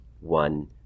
one